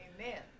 amen